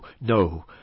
no